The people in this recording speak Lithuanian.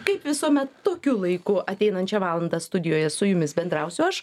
kaip visuomet tokiu laiku ateinančią valandą studijoje su jumis bendrausiu aš